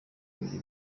bibiri